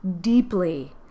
deeply